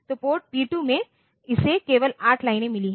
तो port P 2 में इसे केवल 8 लाइनें मिली हैं